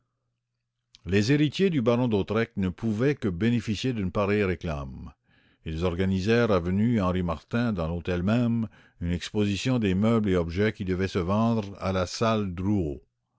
les héritiers du baron d'hautois ne pouvaient que bénéficier d'une pareille réclame ils organisèrent avenue henri martin dans l'hôtel même sur le lieu du crime une exposition des meubles et objets qui devaient se vendre à la salle